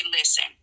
listen